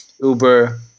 Uber